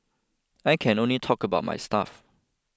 I can only talk about my stuff